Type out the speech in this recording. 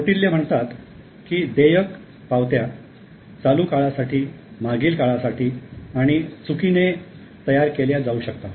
कौटिल्य म्हणतात की देयकपावत्या चालू काळासाठी मागील काळासाठी आणि चुकीने मे तयार केल्या जाऊ शकतात